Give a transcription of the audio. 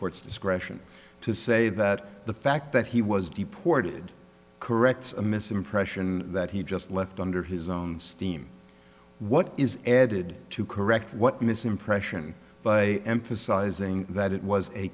courts discretion to say that the fact that he was deported correct misimpression that he just left under his own steam what is added to correct what misimpression but emphasizing that it was a